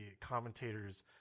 commentators